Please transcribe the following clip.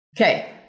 Okay